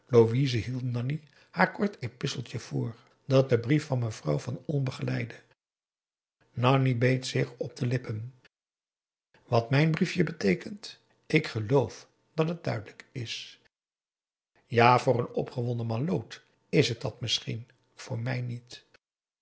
louise hield nanni haar kort episteltje voor dat den brief van mevrouw van olm begeleidde nanni beet zich op de lippen wat mijn briefje beteekent ik geloof dat het duidelijk is ja voor een opgewonden malloot is het dat misschien voor mij niet